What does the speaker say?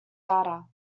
data